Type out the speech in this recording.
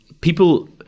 people